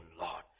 Lord